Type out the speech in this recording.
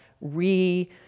re-